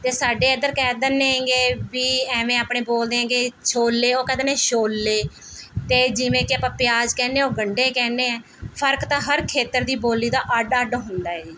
ਅਤੇ ਸਾਡੇ ਇੱਧਰ ਕਹਿ ਦਿੰਦੇ ਐਗੇ ਵੀ ਐਂਵੇ ਆਪਣੇ ਬੋਲਦੇ ਐਂ ਕਿ ਛੋਲੇ ਉਹ ਕਹਿ ਦਿੰਦੇ ਸ਼ੌਲੇ ਅਤੇ ਜਿਵੇਂ ਕਿ ਆਪਾਂ ਪਿਆਜ ਕਹਿੰਦੇ ਉਹ ਗੰਢੇ ਕਹਿੰਦੇ ਹੈ ਫ਼ਰਕ ਤਾਂ ਹਰ ਖੇਤਰ ਦੀ ਬੋਲੀ ਦਾ ਅੱਡ ਅੱਡ ਹੁੰਦਾ ਹੈ ਜੀ